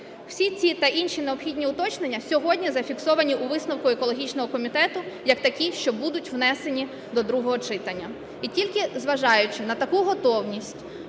Всі ці та інші необхідні уточнення сьогодні зафіксовані у висновку екологічного комітету як такі, що будуть внесені до другого читання. І тільки зважаючи на таку готовність